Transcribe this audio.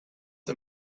the